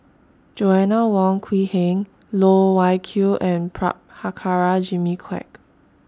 Joanna Wong Quee Heng Loh Wai Kiew and Prabhakara Jimmy Quek